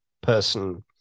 person